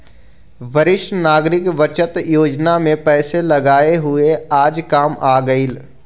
वरिष्ठ नागरिक बचत योजना में पैसे लगाए हुए आज काम आ गेलइ